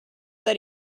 that